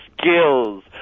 skills